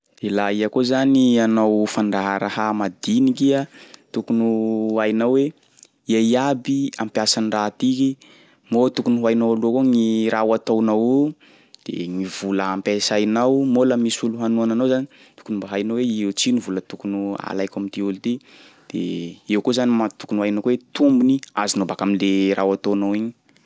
De laha iha koa zany hanao fandraharaha madiniky iha, tokony ho hainao hoe ia iaby ampiasa an'ny raha tiky moa tokony ho hainao mialoha koa gny raha ho ataonao io de gny vola ampiasainao moa laha misy olo hanohana anao zany tokony mba hainao hoe i- ôtrino vola tokony ho alaiko am'ty olo ty de eo koa zany ma- tokony ho hainao koa hoe tombony azonao baka am'le raha ho ataonao igny.